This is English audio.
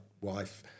wife